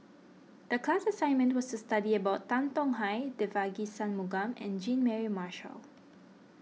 the class assignment was to study about Tan Tong Hye Devagi Sanmugam and Jean Mary Marshall